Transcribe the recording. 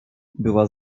była